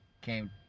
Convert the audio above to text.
came